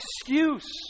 excuse